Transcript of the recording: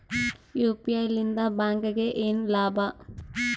UPI ಲಿಂದ ಬ್ಯಾಂಕ್ಗೆ ಏನ್ ಲಾಭ?